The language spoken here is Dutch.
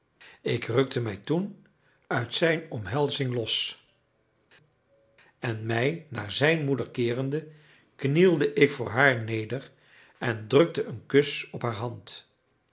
ik rukte mij toen uit zijn omhelzing los en mij naar zijn moeder keerende knielde ik voor haar neder en drukte een kus op haar hand